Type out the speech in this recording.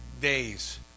days